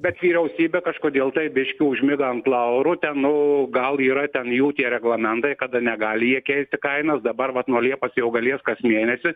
bet vyriausybė kažkodėl tai biškį užmiga ant laurų ten nu gal yra ten jų tie reglamentai kada negali jie keisti kainos dabar vat nuo liepos jau galės kas mėnesį